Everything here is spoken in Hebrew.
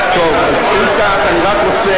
טוב, אז אם כך, אני רק רוצה